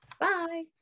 bye